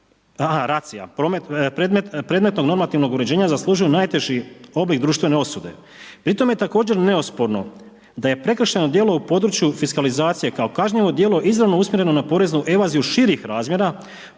aha racija predmetno normativnog uređenja zaslužuju najteži oblik društvene osude, pri tome je također neosporno da je prekršajno djelo u području fiskalizacije kao kažnjivo djelo izravno usmjereno na poreznu evaziju širih razmjera